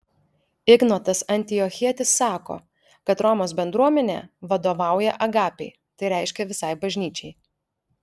ignotas antiochietis sako kad romos bendruomenė vadovauja agapei tai reiškia visai bažnyčiai